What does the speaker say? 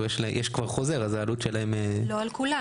יש כבר חוזה, אז העלות שלהם --- לא על כולם.